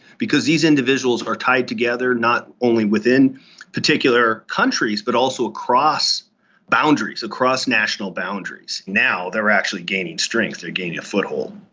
because these individuals are tied together not only within particular countries but also across boundaries, across national boundaries. now they're actually gaining strength, they're gaining a foothold.